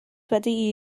wedi